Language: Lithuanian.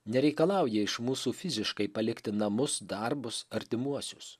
nereikalauja iš mūsų fiziškai palikti namus darbus artimuosius